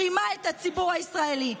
רימה את הציבור הישראלי,